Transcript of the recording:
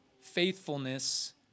faithfulness